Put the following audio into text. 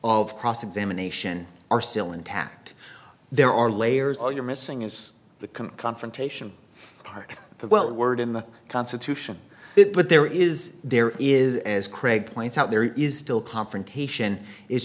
of cross examination are still intact there are layers all you're missing is the confrontation well the word in the constitution it but there is there is as craig points out there is still confrontation i